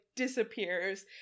disappears